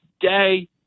day